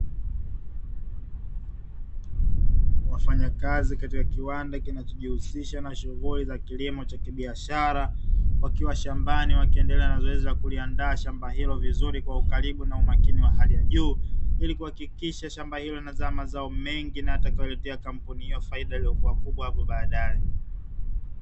Wafanyakazi katika kiwanda kinachojihusisha na shughuli za kilimo cha kibiashara, wakiwa shambani wakiendelea na zoezi la kuliandaa shamba hilo vizuri kwa ukaribu na umakini wa hali ya juu, ili kuhakikisha shamba hilo linazaa mazao mengi na yatakayoiletea kampuni hiyo faida iliyokuwa kubwa hapo baadae.